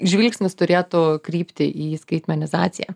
žvilgsnis turėtų krypti į skaitmenizaciją